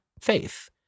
faith